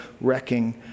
wrecking